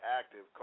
active